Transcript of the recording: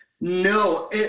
No